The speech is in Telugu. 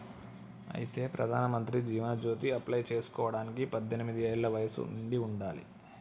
అయితే ప్రధానమంత్రి జీవన్ జ్యోతి అప్లై చేసుకోవడానికి పద్దెనిమిది ఏళ్ల వయసు నిండి ఉండాలి